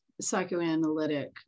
psychoanalytic